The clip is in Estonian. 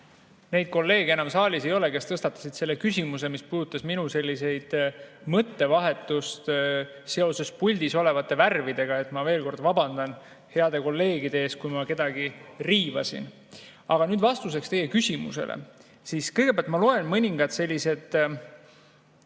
Neid kolleege enam saalis ei ole, kes tõstatasid selle küsimuse, mis puudutas minu mõttevahetust seoses puldis olevate värvidega. Ma veel kord vabandan heade kolleegide ees, kui ma kedagi riivasin. Aga nüüd vastuseks teie küsimusele ma kõigepealt loen mõningad presidendi